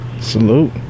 Salute